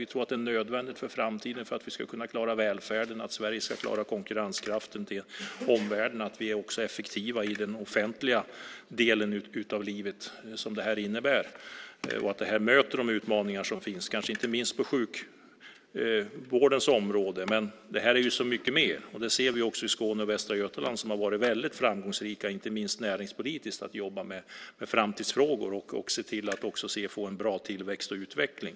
Vi tror att det är nödvändigt för framtiden för att vi ska kunna klara välfärden och för att Sverige ska klara konkurrenskraften gentemot omvärlden att vi också är effektiva i den offentliga delen av livet och möter de utmaningar som finns, kanske inte minst på sjukvårdens område. Men detta är så mycket mer, och det ser vi också i Skåne och Västra Götaland som har varit väldigt framgångsrika, inte minst näringspolitiskt, när det gäller att jobba med framtidsfrågor och se till att få en bra tillväxt och utveckling.